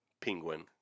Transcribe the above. penguin